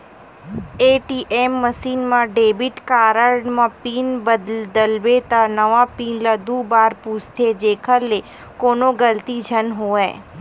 ATM machine म debit card म pin बदलबे त नवा पिन ल दू बार पूछथे जेखर ले कोनो गलती झन होवय